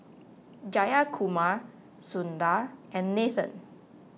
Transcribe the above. Jayakumar Sundar and Nathan